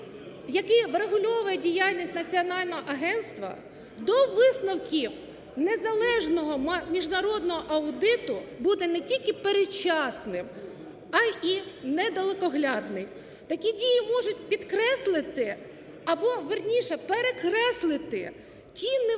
який врегульовує діяльність Національного агентства, до висновків незалежного міжнародного аудиту буде не тільки передчасним, а і недалекоглядним. Такі дії можуть підкреслити, або, вірніше, перекреслити ті не великі,